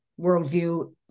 worldview